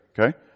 Okay